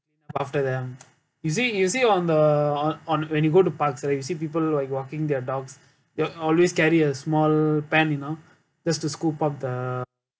after them you see you see on the on on when you go to parks right you see people like walking their dogs they always carry a small pan you know just to scoop up the